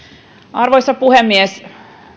arvoisa puhemies